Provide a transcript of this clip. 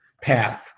path